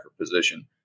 position